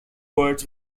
birds